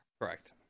Correct